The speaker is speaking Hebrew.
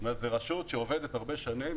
זו רשות שעובדת הרבה שנים,